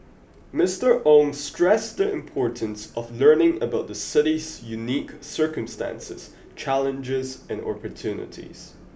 Mister Ong stressed the importance of learning about the city's unique circumstances challenges and opportunities